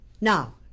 Now